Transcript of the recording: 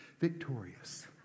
Victorious